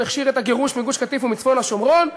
הכשיר את הגירוש מגוש-קטיף ומצפון השומרון,